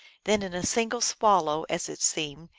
then, in a single swallow, as it seemed,